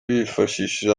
bifashishije